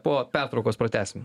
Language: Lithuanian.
po pertraukos pratęsim